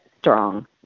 strong